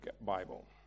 Bible